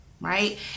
right